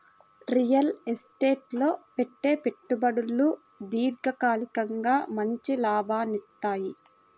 real estate లో పెట్టే పెట్టుబడులు దీర్ఘకాలికంగా మంచి లాభాలనిత్తయ్యి